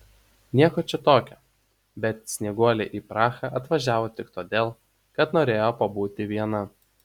nieko čia tokio bet snieguolė į prahą atvažiavo tik todėl kad norėjo pabūti viena